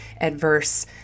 adverse